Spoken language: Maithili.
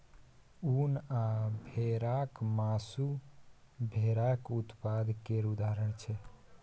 उन आ भेराक मासु भेराक उत्पाद केर उदाहरण छै